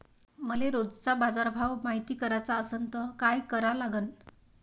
मले रोजचा बाजारभव मायती कराचा असन त काय करा लागन?